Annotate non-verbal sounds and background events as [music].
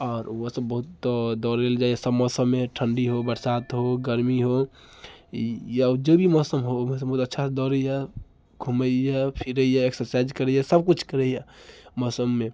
आओर ओहोसब बहुत दौड़ैला जाइए सब मौसममे ठण्डी हो बरसात हो गर्मी हो या जे भी मौसम हो [unintelligible] बहुत अच्छा सँ दौड़ैए घुमैए फिरैए एक्ससाइज करैए सब किछु करैए मौसममे